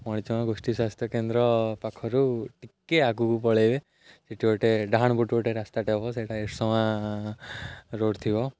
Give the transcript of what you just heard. ମଣିଜଙ୍ଗା ଗୋଷ୍ଠୀ ସ୍ୱାସ୍ଥ୍ୟକେନ୍ଦ୍ର ପାଖରୁ ଟିକେ ଆଗକୁ ପଳାଇବେ ସେଠି ଗୋଟେ ଡାହାଣ ଗଟୁ ଗୋଟେ ରାସ୍ତାଟେ ହବ ସେଇଟା ଏରସମା ରୋଡ଼୍ ଥିବ